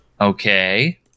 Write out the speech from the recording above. Okay